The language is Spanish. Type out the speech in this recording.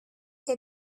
que